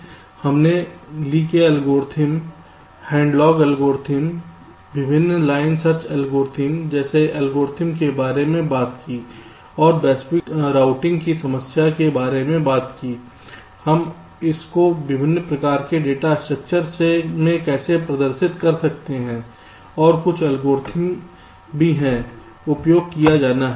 इसलिए हमने ली के एल्गोरिदम हैडलॉक एल्गोरिदम विभिन्न लाइन सर्च एल्गोरिदम जैसे एल्गोरिदम के बारे में बात की और वैश्विक रूटिंग समस्या के बारे में भी बात की हम इसको विभिन्न प्रकार के डेटा स्ट्रक्चर में कैसे प्रदर्शित कर सकते हैं और कुछ एल्गोरिदम भी हैं उपयोग किया जाना है